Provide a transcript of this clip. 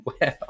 wow